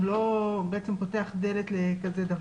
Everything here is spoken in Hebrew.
הוא לא פותח דלת לכזה דבר?